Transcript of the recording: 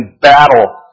battle